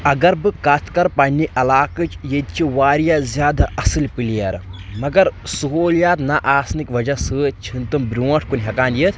اگر بہٕ کتھ کرٕ پننہِ علاقٕچ ییٚتہِ چھِ واریاہ زیادٕ اصٕلۍ پٕلیر مگر سہوٗلیات نہ آسنٕکۍ وجہ سۭتۍ چھِنہٕ تٔمۍ برٛونٛٹھ کُن ہٮ۪کان یِتھ